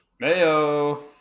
Mayo